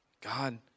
God